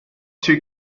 two